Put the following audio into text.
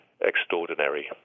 extraordinary